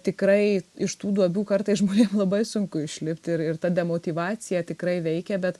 tikrai iš tų duobių kartais žmonėm labai sunku išlipti ir ir ta demotyvacija tikrai veikia bet